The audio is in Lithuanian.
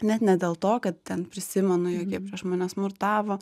net ne dėl to kad ten prisimenu jog jie prieš mane smurtavo